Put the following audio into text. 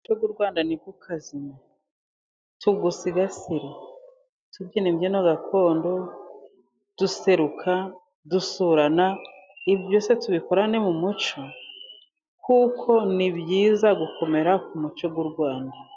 Umuco w'u Rwanda ntukazime. Tuwusigasire tubyina imbyino gakondo, duseruka, dusurana. Ibyo byose tubikorane mu muco, kuko ni byiza gukomera ku muco w'u Rwanda.